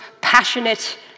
passionate